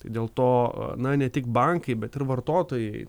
dėl to na ne tik bankai bet ir vartotojai